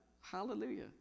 Hallelujah